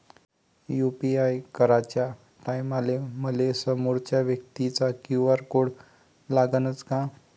UPI कराच्या टायमाले मले समोरच्या व्यक्तीचा क्यू.आर कोड लागनच का?